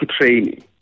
training